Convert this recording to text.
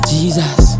Jesus